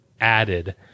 added